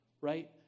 right